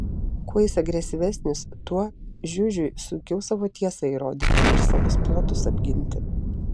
kuo jis agresyvesnis tuo žiužiui sunkiau savo tiesą įrodyti ir savus plotus apginti